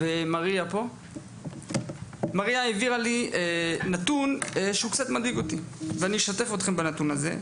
מריה העבירה לי נתון שהוא קצת מדאיג אותי ואני אשתף אתכם בנתון הזה,